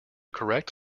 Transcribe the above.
correct